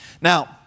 Now